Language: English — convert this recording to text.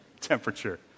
temperature